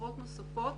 משרות נוספות.